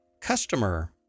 customer